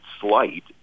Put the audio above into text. slight